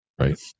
Right